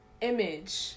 image